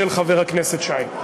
של חבר הכנסת שי.